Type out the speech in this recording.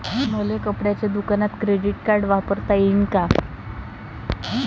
मले कपड्याच्या दुकानात क्रेडिट कार्ड वापरता येईन का?